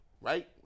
Right